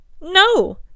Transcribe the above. No